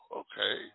okay